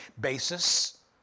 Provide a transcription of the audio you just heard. basis